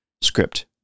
script